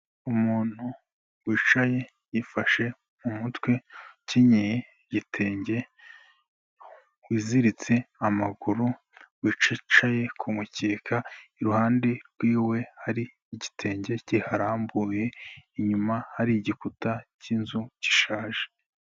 Umuntu wicaye yifashe mu mutwe ukenyeye igitenge wiziritse amaguru, wicaye ku mukeka iruhande rwiwe hari igitenge kiharambuye, inyuma hari igikuta cy'inzu gishaje.